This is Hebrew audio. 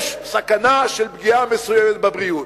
סכנה של פגיעה מסוימת בבריאות.